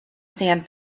sand